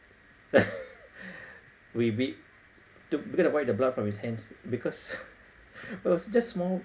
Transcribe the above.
we bit~ to we got to wipe the blood from his hands because was just small